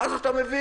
ואז אתה מבין.